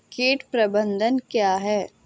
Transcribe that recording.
कीट प्रबंधन क्या है?